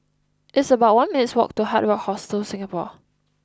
it's about one minutes' walk to Hard Rock Hostel Singapore